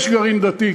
יש גרעין דתי,